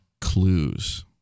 clues